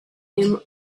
him